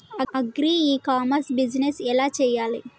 Agri e commerce business ఎలా చెయ్యాలి?